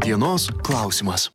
dienos klausimas